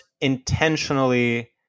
intentionally